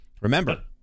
remember